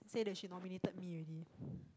say that she nominated me already